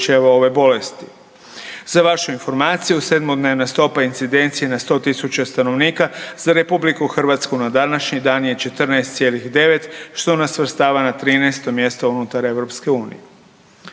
Za vašu informaciju sedmodnevna stopa incidencije na 100.000 stanovnika za RH na današnji dan je 14,9 što nas svrstava na 13-to mjesto unutar EU.